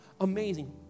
amazing